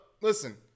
listen